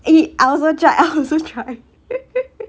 eh I also try I also try